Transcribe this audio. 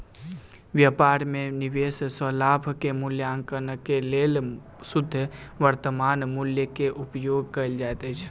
व्यापार में निवेश सॅ लाभ के मूल्याङकनक लेल शुद्ध वर्त्तमान मूल्य के उपयोग कयल जाइत अछि